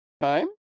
time